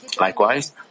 Likewise